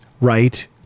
right